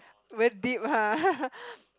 very deep ha